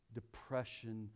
depression